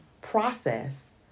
process